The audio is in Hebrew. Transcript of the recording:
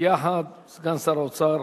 יחד סגן שר האוצר,